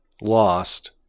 lost